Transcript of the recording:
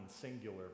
singular